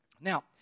Now